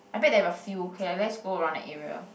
I bet they have a few okay let's go around the area